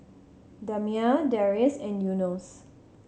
Damia Deris and Yunos